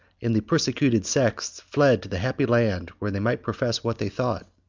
and the persecuted sects fled to the happy land where they might profess what they thought,